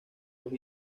los